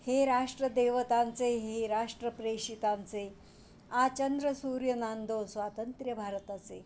हे राष्ट्र देवतांचे हे राष्ट्र प्रेषितांचे आ चंद्र सूर्य नांदो स्वातंत्र्य भारताचे